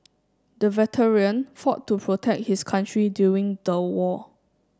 the veteran fought to protect his country during the war